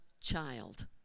child